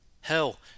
hell